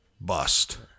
bust